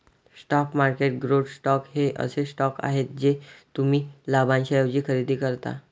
stock market growth stocks हे असे stocks आहेत जे तुम्ही लाभांशाऐवजी खरेदी करता